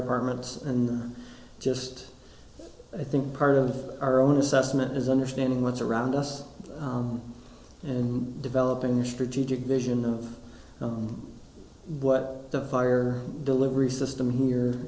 departments and just i think part of our own assessment is understanding what's around us and developing a strategic vision of what the fire delivery system here